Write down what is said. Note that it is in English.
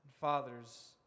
Fathers